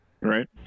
Right